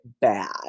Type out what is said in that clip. bad